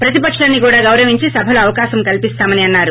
ప్రతిపకాన్ని కూడా గౌరవించి సభలో అవకాశం కల్సిస్తామని అన్నారు